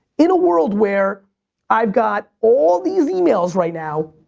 in a world where i've got all these e-mails right now,